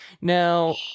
now